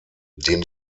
den